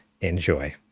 enjoy